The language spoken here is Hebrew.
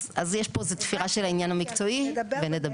אז יש פה איזה תפירה של העניין המקצועי ונדבר.